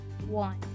One